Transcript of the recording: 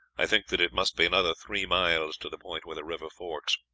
i think that it must be another three miles to the point where the river forks.